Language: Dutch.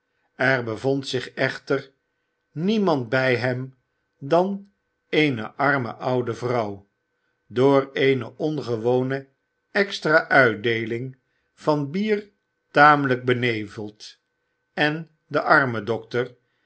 er bevond zich echter niemand bij hem dan eene arme oude vrouw door eene ongewone extra uitdeeling van bier tamelijk beneveld en de